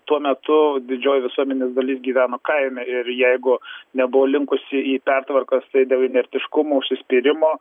tuo metu didžioji visuomenės dalis gyveno kaime ir jeigu nebuvo linkusi į pertvarkas tai eidavai inertiškumo užsispyrimo